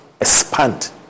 expand